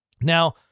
Now